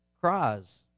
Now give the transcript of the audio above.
cries